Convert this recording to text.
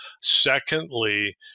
Secondly